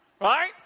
right